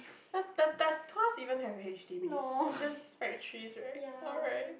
but does does Tuas even have a H_D_B is just factories right alright